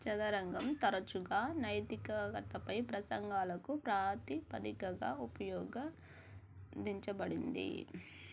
చదరంగం తరచుగా నైతికాకతపై ప్రసంగాలకు ప్రాతిపదికగా ఉపయోగించబడింది